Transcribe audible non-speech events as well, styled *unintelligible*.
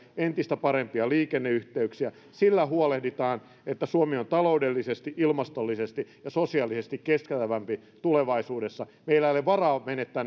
ja entistä parempia liikenneyhteyksiä sillä huolehditaan että suomi on taloudellisesti ilmastollisesti ja sosiaalisesti kestävämpi tulevaisuudessa meillä ei ole varaa menettää *unintelligible*